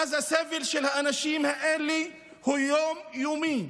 ואז הסבל של האנשים האלה הוא יום-יומי.